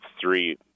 three